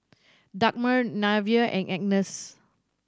Dagmar Nevaeh and Agnes